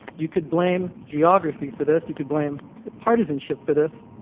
you could blame geography for this. you could blame partisanship for this.